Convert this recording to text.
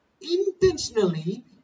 intentionally